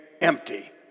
empty